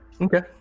Okay